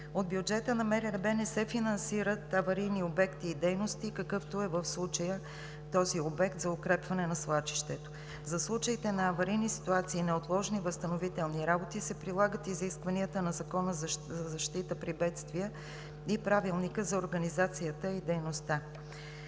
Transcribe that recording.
От бюджета на МРРБ не се финансират аварийни обекти и дейности, какъвто в случая е обектът за укрепване на свлачището. За случаите на аварийни ситуации и неотложни възстановителни работи се прилагат изискванията на Закона за защита при бедствия и Правилника за организацията и дейността.